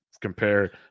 compare